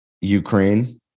Ukraine